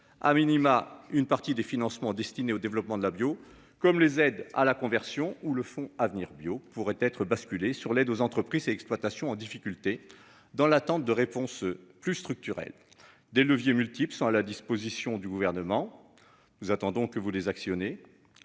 a minima une partie des financements destinés au développement de la bio comme les aides à la conversion ou le Fonds Avenir Bio pourraient être basculé sur l'aide aux entreprises et exploitations en difficulté dans l'attente de réponses plus structurelles des leviers multiple sont à la disposition du gouvernement. Nous attendons que vous les actionner.